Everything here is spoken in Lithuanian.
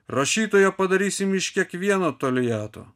rašytoją padarysim iš kiekvieno toliato